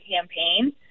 campaign